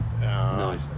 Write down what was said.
Nice